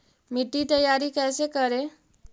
मिट्टी तैयारी कैसे करें?